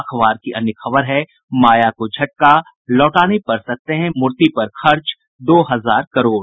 अखबार की अन्य खबर है माया को झटका लौटाने पड़ सकते है मूर्ति पर खर्च दो हजार करोड़